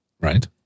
right